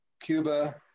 Cuba